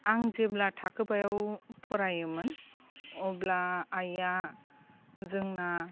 आं जेब्ला थाखोबायाव फरायोमोन अब्ला आइया जोंना